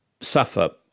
suffer